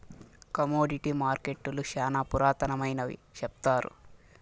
commodity మార్కెట్టులు శ్యానా పురాతనమైనవి సెప్తారు